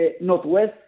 northwest